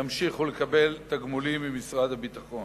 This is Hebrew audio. ימשיכו לקבל תגמולים ממשרד הביטחון.